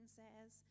says